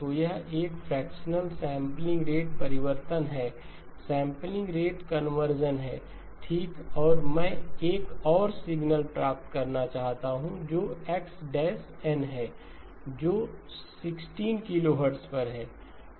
तो यह एक फ्रेक्शनल सैंपलिंग रेट परिवर्तन है सैंपलिंग रेट कन्वर्जन है ठीक और मैं एक और सिग्नल प्राप्त करना चाहता हूं जो x n है जो 16 किलोहर्ट्ज़ पर है